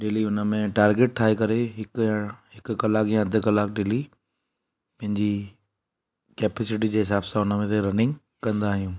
daily हुनमें target ठाहे करे हिकु ॼणा हिकु कलाकु या अधि कलाक डेली पंहिंजी कैपसिटी जे हिसाब सां हुनमें रनिंग कंदा आहियूं